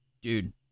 dude